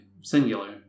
singular